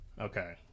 Okay